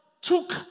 took